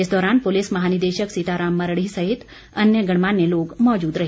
इस दौरान पुलिस महानिदेशक सीताराम मरढ़ी सहित अन्य गणमान्य लोग मौजूद रहे